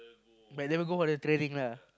but you never go for the training lah